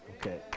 Okay